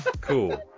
Cool